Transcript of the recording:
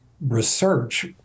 research